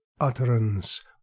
utterance